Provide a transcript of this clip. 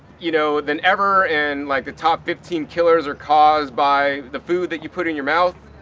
you know, than ever. and like the top fifteen killers are caused by the food that you put in your mouth.